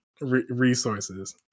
resources